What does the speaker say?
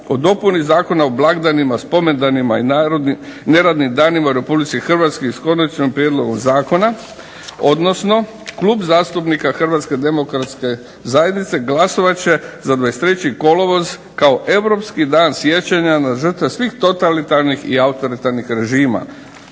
o dopuni Zakona o blagdanima, spomendanima i neradnim danima u RH i s konačnim prijedlogom zakona, odnosno Klub zastupnika HDZ-a glasovat će za 23. kolovoz kao europski Dan sjećanja na žrtve svih totalitarnih i autoritarnih režima.